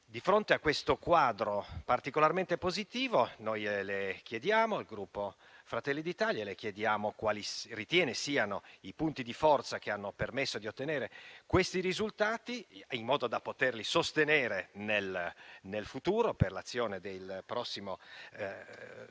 Di fronte a questo quadro particolarmente positivo, noi del Gruppo Fratelli d'Italia le chiediamo quali ritiene siano i punti di forza che hanno permesso di ottenere tali risultati, in modo da poterli sostenere nel futuro, per l'azione del prossimo periodo